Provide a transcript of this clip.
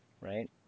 right